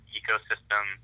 ecosystem